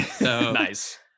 Nice